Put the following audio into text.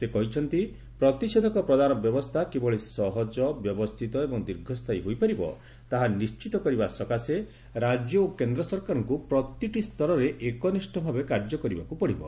ସେ କହିଛନ୍ତି ପ୍ରତିଷେଧକ ପ୍ରଦାନ ବ୍ୟବସ୍ଥା କିଭଳି ସହଜ ବ୍ୟବସ୍ଥିତ ଏବଂ ଦୀର୍ଘସ୍ଥାୟୀ ହୋଇପାରିବ ତାହା ନିଶ୍ଚିତ କରିବା ସକାଶେ ରାଜ୍ୟ ଓ କେନ୍ଦ୍ର ସରକାରଙ୍କୁ ପ୍ରତିଟି ସ୍ତରରେ ଏକନିଷ୍ଠ ଭାବେ କାର୍ଯ୍ୟ କରିବାକୁ ପଡିବ